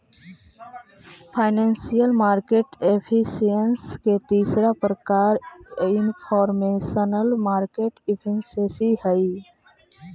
financial market efficiency के तीसरा प्रकार इनफॉरमेशनल मार्केट एफिशिएंसी हइ